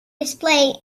display